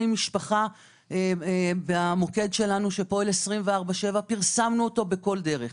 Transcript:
משפחה עם מוקד שפועל 24/7 ופרסמנו אותו בכל דרך.